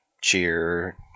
cheer